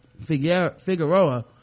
Figueroa